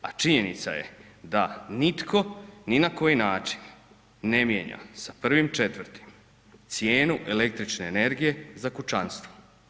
A činjenica je da nitko ni na koji način ne mijenja sa 1.4. cijenu električne energije za kućanstvo.